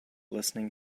listening